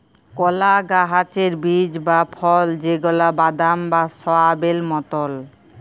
কলা গাহাচের বীজ বা ফল যেগলা বাদাম বা সয়াবেল মতল